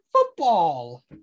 football